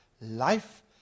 life